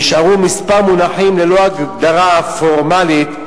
נשארו כמה מונחים ללא הגדרה פורמלית,